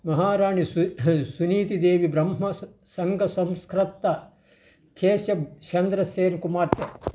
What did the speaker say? మహారాణి సు సునీతి దేవి బ్రహ్మ సంఘ సంస్కర్త కేశబ్ చంద్ర సేన్ కుమార్తె